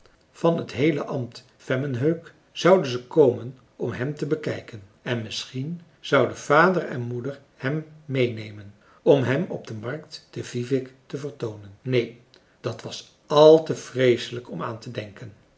van t heele ambt vemmenhög zouden ze komen om hem te bekijken en misschien zouden vader en moeder hem meênemen om hem op de markt te vivik te vertoonen neen dat was àl te vreeselijk om aan te denken